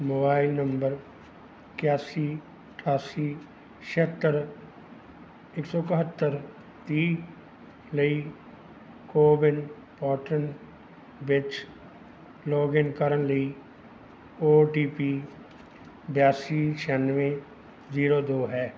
mobile number ਇਕਾਸੀ ਅਠਾਸੀ ਛੇਹੱਤਰ ਇੱਕ ਸੌ ਇਕਹੱਤਰ ਤੀਹ ਲਈ ਕੋਵਿਨ ਪੋਰਟਲ ਵਿੱਚ ਲੌਗਇਨ ਕਰਨ ਲਈ ਓ ਟੀ ਪੀ ਬਿਆਸੀ ਛਿਆਨਵੇਂ ਜੀਰੋ ਦੋ ਹੈ